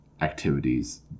activities